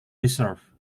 reserve